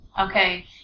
okay